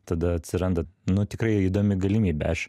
tada atsiranda nu tikrai įdomi galimybė aš